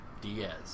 Diaz